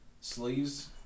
sleeves